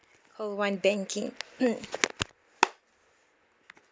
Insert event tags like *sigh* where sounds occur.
call one banking *coughs* *noise*